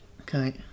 Okay